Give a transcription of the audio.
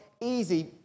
easy